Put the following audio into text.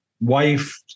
wife